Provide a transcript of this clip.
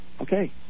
Okay